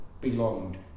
belonged